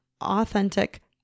authentic